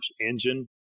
engine